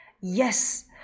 Yes